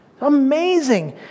Amazing